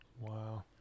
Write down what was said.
Wow